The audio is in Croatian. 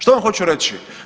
Što vam hoću reći?